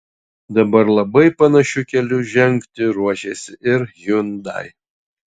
dabar labai panašiu keliu žengti ruošiasi ir hyundai